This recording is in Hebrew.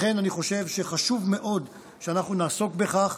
לכן אני חושב שחשוב מאוד שאנחנו נעסוק בכך.